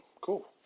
Cool